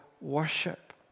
worship